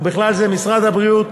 ובכלל זה למשרד הבריאות,